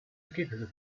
ergebnisse